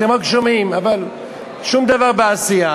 אתם רק שומעים, אבל שום דבר בעשייה.